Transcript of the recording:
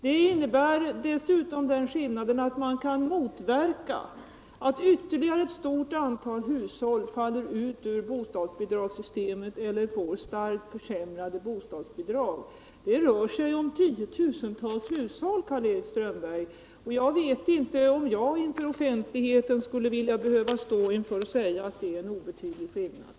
Vårt förslag innebär att man kan motverka att ytterligare ett stort antal hushåll faller ut ur bostadsbidragssystemet eller får starkt försämrade bostadsbidrag. Det rör sig om tiotusentals hushåll, Karl-Erik Strömberg. Jag skulle inte inför offentligheten vilja säga att det är en obetydlig skillnad.